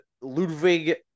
Ludwig